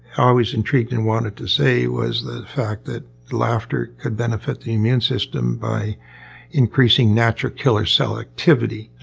always intrigued and wanted to say was the fact that laughter could benefit the immune system by increasing natural killer cell activity.